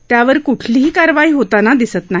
त्यावर कुठलीही कारवाई होताना दिसत नाही